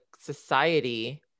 society